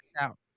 out